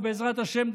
ובעזרת השם,